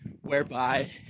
whereby